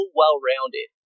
well-rounded